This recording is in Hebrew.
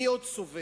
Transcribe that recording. מי עוד סובל?